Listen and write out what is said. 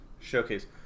showcase